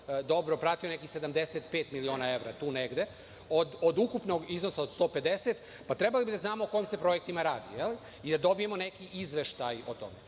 dobro pratio, nekih 75 miliona evra, tu negde, od ukupnog iznosa od 150, pa trebali bi da znamo o kojim se projektima radi i da dobijemo neki izveštaj o